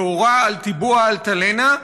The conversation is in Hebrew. שהורה על טיבוע "אלטלנה",